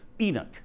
Enoch